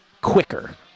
quicker